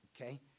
okay